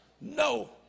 No